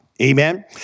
Amen